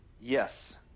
Yes